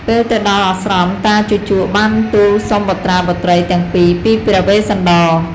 ពេលទៅដល់អាស្រមតាជូជកបានទូលសុំបុត្រាបុត្រីទាំងពីរ ពីព្រះវេស្សន្តរ។